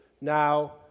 now